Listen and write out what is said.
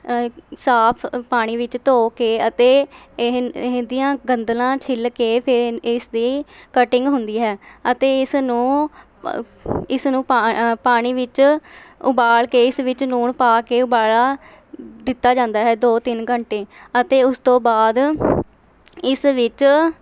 ਸਾਫ ਪਾਣੀ ਵਿੱਚ ਧੋ ਕੇ ਅਤੇ ਇਹ ਇਹਦੀਆਂ ਗੰਦਲਾਂ ਛਿੱਲ ਕੇ ਫਿਰ ਇ ਇਸਦੀ ਕਟਿੰਗ ਹੁੰਦੀ ਹੈ ਅਤੇ ਇਸ ਨੂੰ ਇਸ ਨੂੰ ਪਾ ਪਾਣੀ ਵਿੱਚ ਉਬਾਲ ਕੇ ਇਸ ਵਿੱਚ ਲੂਣ ਪਾ ਕੇ ਉਬਾਲ਼ਾ ਦਿੱਤਾ ਜਾਂਦਾ ਹੈ ਦੋ ਤਿੰਨ ਘੰਟੇ ਅਤੇ ਉਸ ਤੋਂ ਬਾਅਦ ਇਸ ਵਿੱਚ